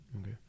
okay